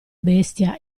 bestia